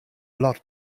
lot